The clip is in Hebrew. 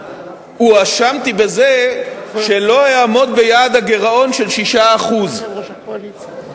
הואשמתי בזה שלא אעמוד ביעד הגירעון של 6% ו-5.5%.